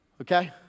okay